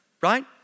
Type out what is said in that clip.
Right